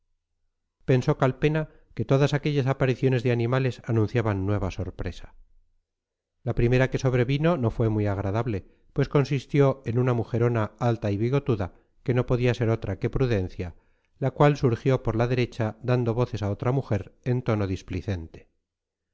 pensó calpena que todas aquellas apariciones de animales anunciaban nueva sorpresa la primera que sobrevino no fue muy agradable pues consistió en una mujerona alta y bigotuda que no podía ser otra que prudencia la cual surgió por la derecha dando voces a otra mujer en tono